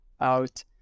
out